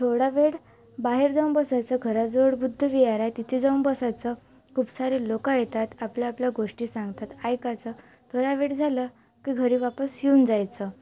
थोडा वेळ बाहेर जाऊन बसायचं घराजवळ बुद्ध विहार आहे तिथे जाऊन बसायचं खूप सारे लोक येतात आपल्या आपल्या गोष्टी सांगतात ऐकायचं थोडा वेळ झालं की घरी वापस येऊन जायचं